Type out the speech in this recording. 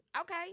Okay